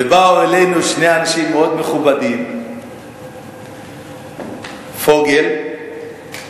ובאו אלינו שני אנשים מאוד מכובדים, פוגל והורביץ,